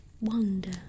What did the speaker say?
wonder